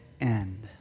end